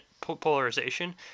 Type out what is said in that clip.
polarization